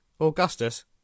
Augustus